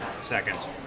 Second